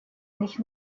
nicht